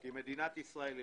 כי מדינת ישראל הרוויחה.